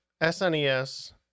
SNES